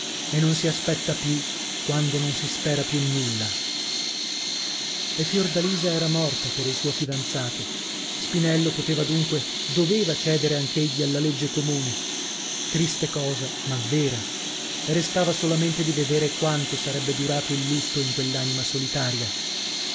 e non si aspetta più quando non si spera più nulla e fiordalisa era morta per il suo fidanzato spinello poteva dunque doveva cedere anch'egli alla legge comune triste cosa ma vera restava solamente di vedere quanto sarebbe durato il lutto in quell'anima solitaria